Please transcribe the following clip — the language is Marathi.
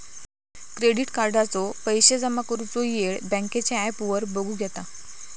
क्रेडिट कार्डाचो पैशे जमा करुचो येळ बँकेच्या ॲपवर बगुक येता